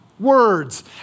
Words